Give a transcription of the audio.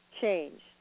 change